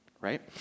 right